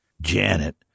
Janet